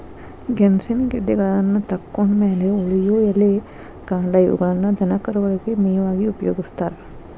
ಗೆಣಸಿನ ಗೆಡ್ಡೆಗಳನ್ನತಕ್ಕೊಂಡ್ ಮ್ಯಾಲೆ ಉಳಿಯೋ ಎಲೆ, ಕಾಂಡ ಇವುಗಳನ್ನ ದನಕರುಗಳಿಗೆ ಮೇವಾಗಿ ಉಪಯೋಗಸ್ತಾರ